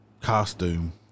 costume